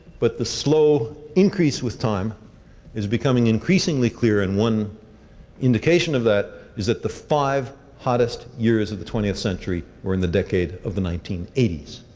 but the slow increase with time is becoming increasingly clear and one indication of that is that the five hottest years of the twentieth century were on and the decade of the nineteen eighty s.